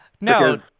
no